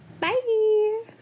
bye